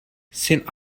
since